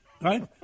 Right